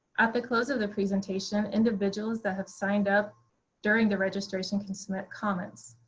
at the close of the presentation, individuals that have signed up during the registration can submit comments.